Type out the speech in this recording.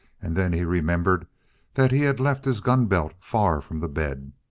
and then he remembered that he had left his gun belt far from the bed.